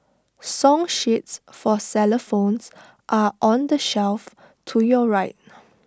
song sheets for xylophones are on the shelf to your right